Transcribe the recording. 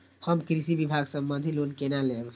हम कृषि विभाग संबंधी लोन केना लैब?